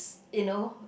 you know